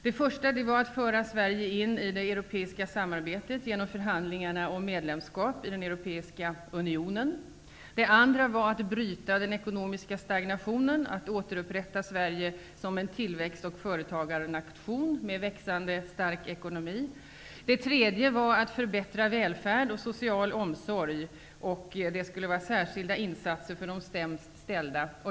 Det första var att föra Sverige in i det europeiska samarbetet genom förhandlingarna om medlemskap i den europeiska unionen. Det andra var att bryta den ekonomiska stagnationen, att återupprätta Sverige som en tillväxt och företagarnation med stark och växande ekonomi. Det tredje var att förbättra välfärd och social omsorg. Det skulle göras särskilda insatser för de sämst ställda.